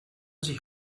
sich